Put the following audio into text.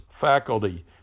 faculty